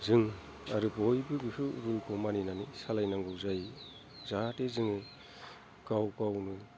जों आरो बयबो बेखौ रुलखौ मानिनानै सालायनांगौ जायो जाहाथे जोङो गाव गावनो